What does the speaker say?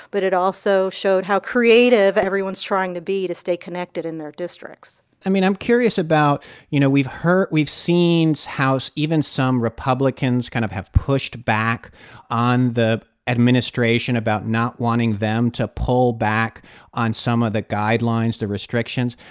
but it also showed how creative everyone's trying to be to stay connected in their districts i mean, i'm curious about you know, we've seen house even some republicans kind of have pushed back on the administration about not wanting them to pull back on some of the guidelines, the restrictions.